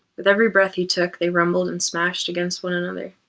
with every breath he took, they rumbled and smashed against one another.